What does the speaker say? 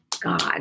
God